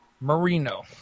Marino